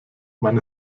man